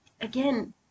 again